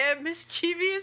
Mischievous